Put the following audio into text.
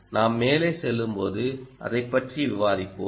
நாம் மேலே செல்லும்போது அதைப் பற்றி விவாதிப்போம்